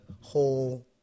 whole